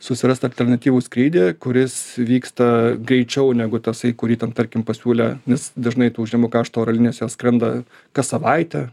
susirast alternatyvų skrydį kuris vyksta greičiau negu tasai kurį ten tarkim pasiūlė nes dažnai tų žemų kaštų oro linijos jos skrenda kas savaitę